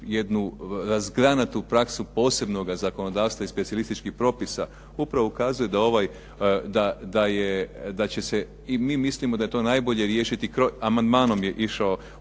jednu razgranatu praksu posebnoga zakonodavstva i specijalističkih popisa upravo ukazuje da ovaj, da će se i mi mislimo da je to